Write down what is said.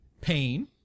pain